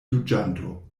juĝanto